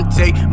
take